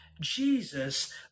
Jesus